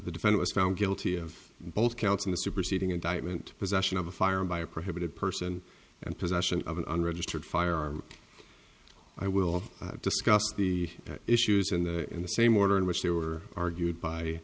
the defense was found guilty of both counts in the superseding indictment possession of a firearm by a prohibited person and possession of an unregistered firearm i will discuss the issues in the in the same order in which they were argued by